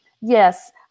Yes